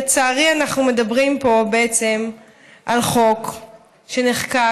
לצערי אנחנו מדברים פה בעצם על חוק שנחקק